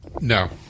No